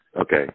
Okay